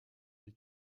des